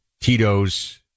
tito's